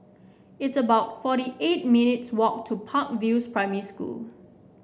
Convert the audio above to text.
it's about forty eight minutes' walk to Park View Primary School